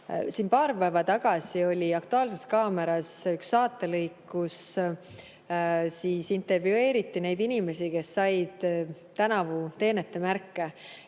Paar päeva tagasi oli "Aktuaalses kaameras" üks saatelõik, kus intervjueeriti neid inimesi, kes said tänavu teenetemärke.